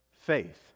faith